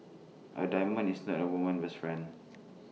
A diamond is not A woman's best friend